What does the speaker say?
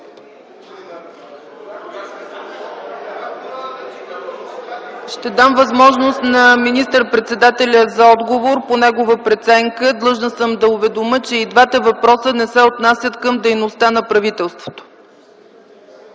Ще дам възможност на министър-председателя за отговор по негова преценка. Длъжна съм да уведомя, че и двата въпроса не се отнасят към дейността на правителството.